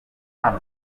hano